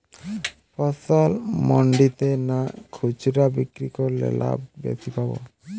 ফসল মন্ডিতে না খুচরা বিক্রি করলে লাভ বেশি পাব?